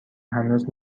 هنوز